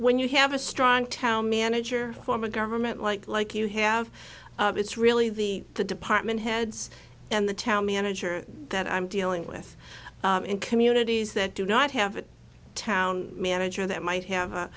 when you have a strong town manager form of government like like you have it's really the department heads and the town manager that i'm dealing with in communities that do not have a town manager that might have a